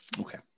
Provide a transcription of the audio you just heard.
Okay